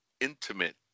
intimate